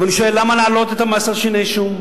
אבל אני שואל: למה להעלות את המס על שיני שום?